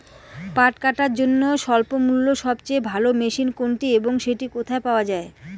পাট কাটার জন্য স্বল্পমূল্যে সবচেয়ে ভালো মেশিন কোনটি এবং সেটি কোথায় পাওয়া য়ায়?